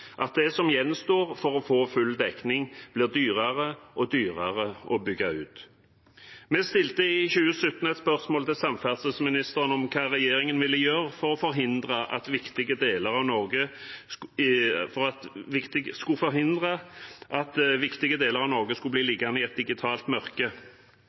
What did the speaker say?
at det som gjenstår for å få full dekning, blir dyrere og dyrere å bygge ut. Vi stilte i april i år et spørsmål til samferdselsministeren om hva regjeringen ville gjøre for å forhindre at viktige deler av Norge skulle bli liggende i et digitalt mørke.